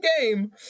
game